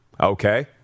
Okay